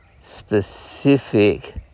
specific